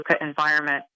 environment